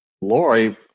Lori